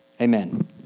amen